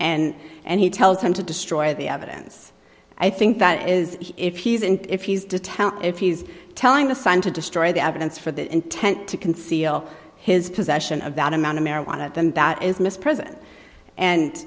and and he tells him to destroy the evidence i think that is if he's in if he's detached if he's telling the sign to destroy the evidence for the intent to conceal his possession of that amount of marijuana then that is mr president and